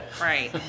Right